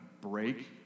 break